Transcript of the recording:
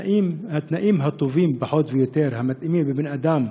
התנאים הטובים, פחות או יותר, המתאימים לבן-אדם,